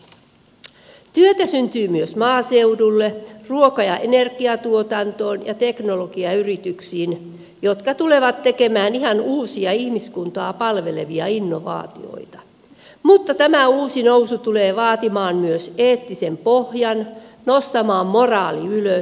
työtä syntyy myös maaseudulle ruoka ja energiatuotantoon ja teknologiayrityksiin jotka tulevat tekemään ihan uusia ihmiskuntaa palvelevia innovaatioita mutta tämä uusi nousu tulee vaatimaan myös eettisen pohjan nostamaan moraalin ylös